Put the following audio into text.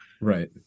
Right